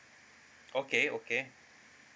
okay okay